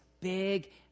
big